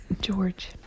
George